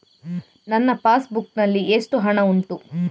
ನನ್ನ passbook ನಲ್ಲಿ ಎಷ್ಟು ಹಣ ಉಂಟು?